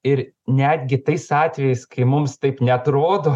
ir netgi tais atvejais kai mums taip neatrodo